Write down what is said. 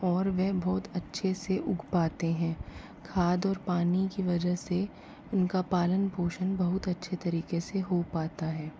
और वह बहुत अच्छे से उग पाते हैं खाद और पानी की वजह से उनका पालन पोषण बहुत अच्छी तरीके से हो पाता है